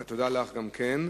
תודה לך גם כן.